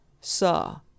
saw